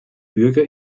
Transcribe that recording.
bürger